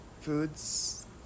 foods